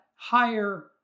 higher